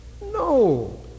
No